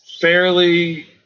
fairly